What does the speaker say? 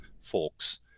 folks